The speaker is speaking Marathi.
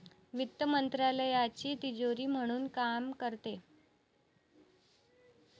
वित्त मंत्रालयाची तिजोरी म्हणून काम करते